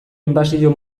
inbasio